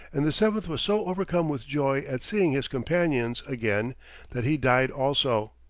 and the seventh was so overcome with joy at seeing his companions again that he died also.